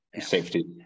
safety